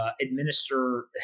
Administer